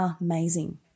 amazing